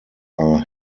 are